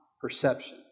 perception